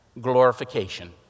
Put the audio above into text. glorification